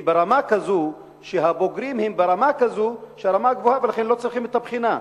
היא כזאת שהבוגרים הם ברמה גבוהה ולכן לא צריכים את הבחינה.